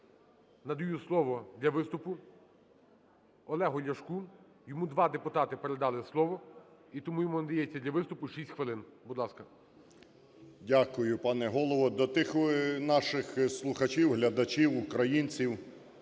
надаю слово для виступу Олегу Ляшку, йому два депутати передали слово, і тому йому надається для виступу 6 хвилин. будь ласка. 16:06:21 ЛЯШКО О.В. Дякую, пане Голово. До тих наших слухачів, глядачів українців,